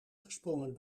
gesprongen